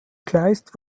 kleist